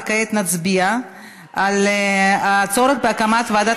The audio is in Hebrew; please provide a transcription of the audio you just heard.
וכעת נצביע על הצעה לסדר-היום בנושא: הצורך בהקמת ועדת